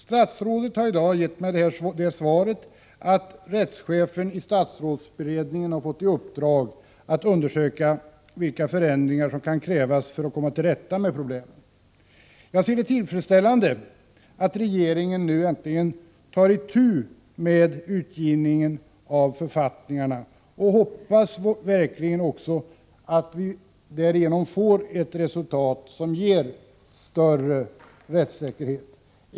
Statsrådet har i dag gett svaret att rättschefen i statsrådsberedningen har fått i uppdrag att undersöka vilka förändringar som kan krävas för att komma till rätta med problemet. Jag finner det tillfredsställande att regeringen nu äntligen tar itu med utgivningen av SFS, och jag hoppas verkligen också att det därigenom blir ett resultat som ger större rättssäkerhet.